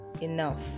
enough